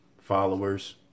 followers